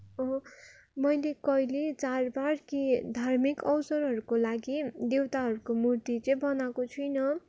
मैले कहिले चाडबाड के धार्मिक अवसरहरूको लागि देउताहरूको मूर्ति चाहिँ बनाएको छुइनँ